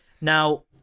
Now